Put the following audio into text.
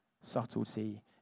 Subtlety